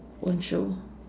own shoe